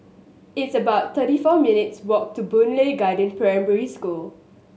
it's about thirty four minutes' walk to Boon Lay Garden Primary School